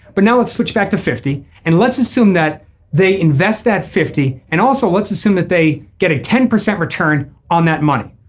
but now let's switch back to fifty and let's assume that they invest that fifty. and also let's assume that they get a ten percent return on that money.